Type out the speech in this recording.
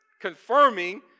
confirming